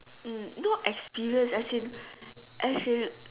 hmm no experience as in as in